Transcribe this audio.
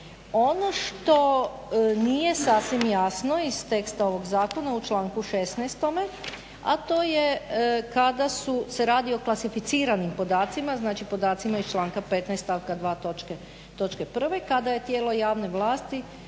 Ono što nije sasvim jasno iz teksta ovog zakona u članku 16. a to je kada su, se radi o klasificiranim podacima, znači podacima iz članka 15. stavka 2. točke 1. kada je tijelo javne vlasti